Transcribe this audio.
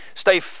stay